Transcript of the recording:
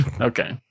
okay